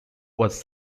was